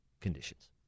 conditions